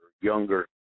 younger